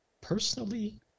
personally